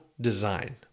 Design